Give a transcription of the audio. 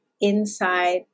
inside